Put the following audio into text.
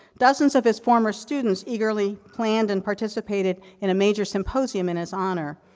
dozens of his former students eagerly planned and participated in a major symposium in his honor.